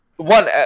One